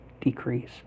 decrease